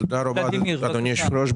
תודה רבה, אדוני היושב-ראש.